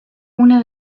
una